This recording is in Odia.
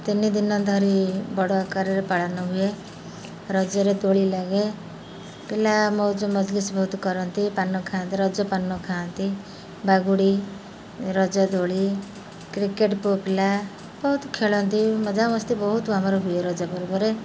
ତିନି ଦିନ ଧରି ବଡ଼ ଆକାରରେ ପାଳନ ହୁଏ ରଜରେ ଦୋଳି ଲାଗେ ପିଲା ମଉଜ ମଜ୍ଲିସ୍ ବହୁତ କରନ୍ତି ପାନ ଖାଆନ୍ତି ରଜ ପାନ ଖାଆନ୍ତି ବାଗୁଡ଼ି ରଜ ଦୋଳି କ୍ରିକେଟ୍ ପୁଅ ପିଲା ବହୁତ ଖେଳନ୍ତି ମଜା ମସ୍ତି ବହୁତ ଆମର ହୁଏ ରଜ ପର୍ବରେ